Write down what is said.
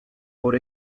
por